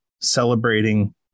celebrating